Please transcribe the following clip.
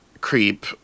creep